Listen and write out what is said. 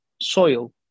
soil